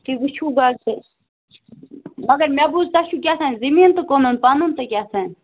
تُہۍ ؤچھِو گۄڈٕ تہٕ مگر مےٚ بوٗز تۄہہِ چھُو کیٛاہتانۍ زٔمیٖن تہٕ کٕنُن پَنُن تہِ کیٛاہتانۍ